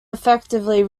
effectively